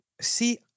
See